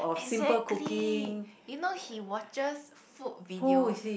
exactly you know he watches food videos